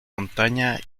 montaña